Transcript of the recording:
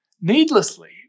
needlessly